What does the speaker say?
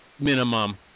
minimum